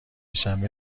شنبه